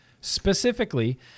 Specifically